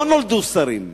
לא נולדו שרים.